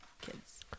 kids